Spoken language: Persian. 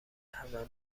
همه